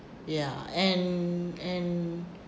ya and and